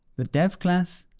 the dev class,